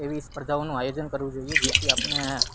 એવી સ્પર્ધાઓનું આયોજન કરવું જોઈએ જેથી આપણને